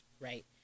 right